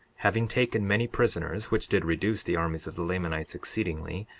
having taken many prisoners, which did reduce the armies of the lamanites exceedingly,